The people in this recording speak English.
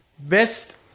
Best